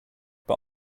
but